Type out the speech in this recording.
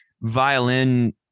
violin